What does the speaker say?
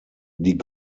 die